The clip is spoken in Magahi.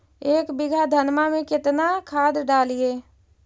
एक बीघा धन्मा में केतना खाद डालिए?